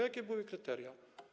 Jakie były kryteria?